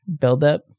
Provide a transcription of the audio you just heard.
buildup